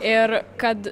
ir kad